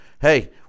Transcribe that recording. hey